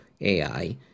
AI